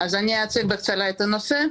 אציג את הנושא.